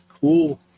cool